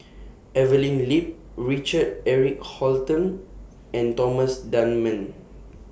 Evelyn Lip Richard Eric Holttum and Thomas Dunman